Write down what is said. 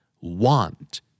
Want